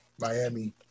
Miami